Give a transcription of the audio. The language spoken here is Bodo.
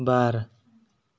बार